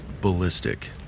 ballistic